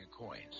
Coins